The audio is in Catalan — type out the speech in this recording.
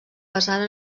basada